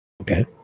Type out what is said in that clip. Okay